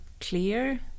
clear